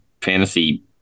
fantasy